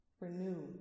renew